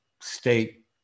state